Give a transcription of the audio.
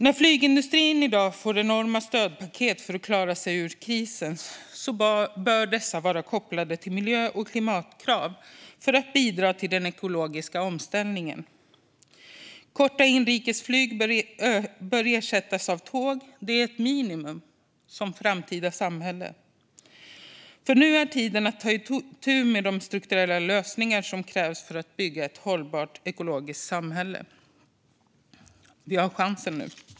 När flygindustrin i dag får enorma stödpaket för att klara sig ur krisen bör de vara kopplade till miljö och klimatkrav för att bidra till den ekologiska omställningen. Korta inrikesflyg bör ersättas av tåg. Det är ett minimum för ett framtida samhälle. Nu är det nämligen tid att ta itu med de strukturella lösningar som krävs för att bygga ett hållbart ekologiskt samhälle, och nu har vi chansen.